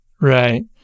Right